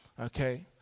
Okay